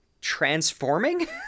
transforming